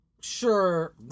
Sure